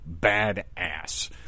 badass